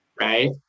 right